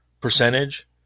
percentage